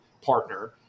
partner